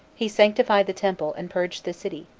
he sanctified the temple, and purged the city,